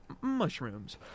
mushrooms